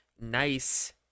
nice